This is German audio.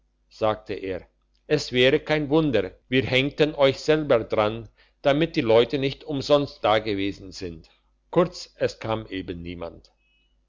sagte er es wäre kein wunder wir henkten euch selber daran damit die leute nicht umsonst dagewesen sind kurz es kam eben niemand